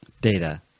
data